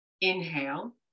inhale